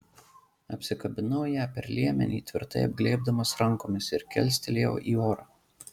apsikabinau ją per liemenį tvirtai apglėbdamas rankomis ir kilstelėjau į orą